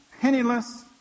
penniless